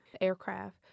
aircraft